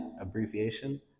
abbreviation